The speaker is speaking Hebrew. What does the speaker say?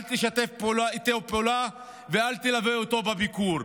תשתף איתו פעולה ואל תלווה אותו בביקור.